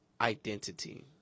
identity